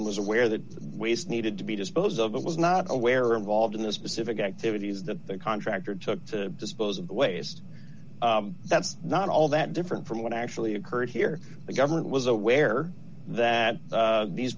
and was aware that the waste needed to be disposed of it was not aware or involved in this specific activities that the contractor took to dispose of the waste that's not all that different from what actually occurred here the government was aware that these